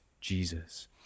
Jesus